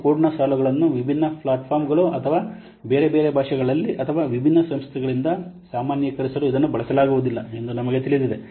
ಮತ್ತು ಕೋಡ್ನ ಸಾಲುಗಳನ್ನು ವಿಭಿನ್ನ ಪ್ಲ್ಯಾಟ್ಫಾರ್ಮ್ಗಳು ಅಥವಾ ಬೇರೆ ಬೇರೆ ಭಾಷೆಗಳಲ್ಲಿ ಅಥವಾ ವಿಭಿನ್ನ ಸಂಸ್ಥೆಗಳಿಂದ ಸಾಮಾನ್ಯೀಕರಿಸಲು ಇದನ್ನು ಬಳಸಲಾಗುವುದಿಲ್ಲ ಎಂದು ನಮಗೆ ತಿಳಿದಿದೆ